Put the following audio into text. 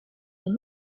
des